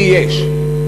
לי יש,